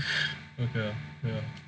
okay okay